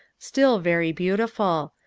still very beautiful.